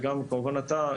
וגם כמובן אתה,